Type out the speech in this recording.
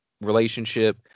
relationship